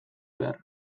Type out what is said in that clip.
behar